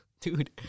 Dude